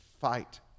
fight